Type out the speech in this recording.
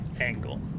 angle